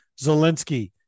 Zelensky